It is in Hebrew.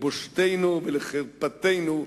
לבושתנו ולחרפתנו,